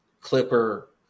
Clipper